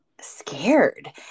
scared